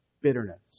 Bitterness